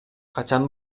качан